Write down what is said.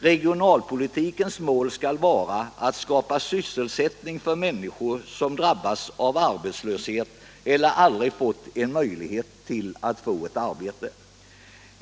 Regionalpolitikens mål skall vara att skapa sysselsättning för människor som drabbas av arbetslöshet eller aldrig haft möjlighet att få ett arbete.